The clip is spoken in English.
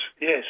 yes